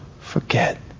forget